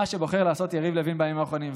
ממה שבוחר לעשות יריב לוין בימים האחרונים.